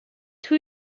two